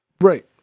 Right